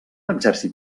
exèrcit